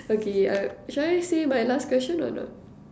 okay I shall I say my last question or not